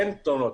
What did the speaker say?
אין תלונות.